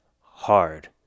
hard